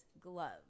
gloves